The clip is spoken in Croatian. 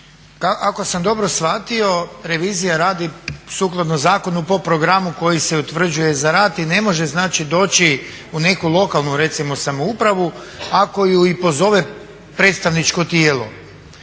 ako sam dobro shvatio revizija radi sukladno zakonu po programu koji se utvrđuje za rad i ne može znači doći u neku lokalnu recimo samoupravu ako je i pozove predstavničko tijelo.